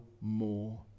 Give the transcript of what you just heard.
more